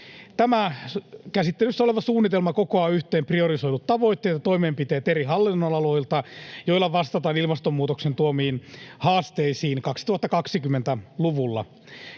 Tämä käsittelyssä oleva suunnitelma kokoaa yhteen priorisoidut tavoitteet ja toimenpiteet eri hallinnonaloilta, joilla vastataan ilmastonmuutoksen tuomiin haasteisiin 2020-luvulla.